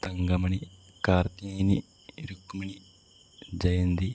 Thankamani Karthyani Rukmini Jayanti